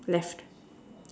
left